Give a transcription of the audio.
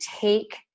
take